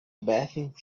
bathing